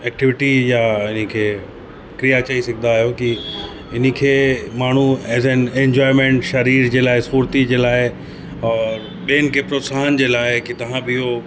activity या इनी खे क्रिया चई सघंदा आहियो की इन खे माण्हू एज़ एन इंजॉयमेंट शरीर जे लाइ स्फूर्ति जे लाइ औरि ॿियनि केतिरो सहन जे लाइ की तव्हां बि इहो